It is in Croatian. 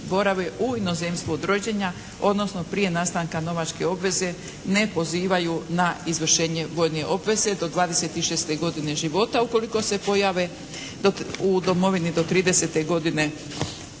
u inozemstvu od rođenja odnosno prije nastanka novačke obveze ne pozivaju na izvršenje vojne obveze do dvadeset i šeste godine života. Ukoliko se pojave u Domovini do tridesete godine svog